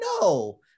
No